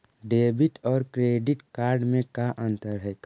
Debit और credit card में का अंतर है?